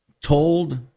told